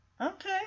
okay